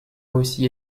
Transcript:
aussi